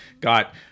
got